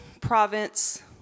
province